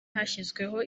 hashyizweho